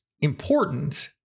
important